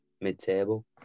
mid-table